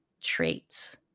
traits